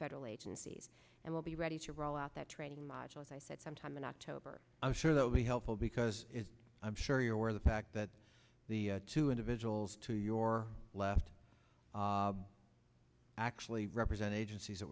federal agencies and we'll be ready to roll out that training module as i said sometime in october i'm sure that will be helpful because i'm sure you're aware of the fact that the two individuals to your left actually represent agencies that